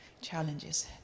challenges